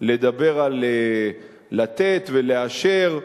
לדבר על לתת ולאשר,